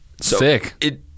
Sick